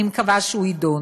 אני מקווה שהוא יידון.